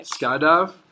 Skydive